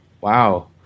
Wow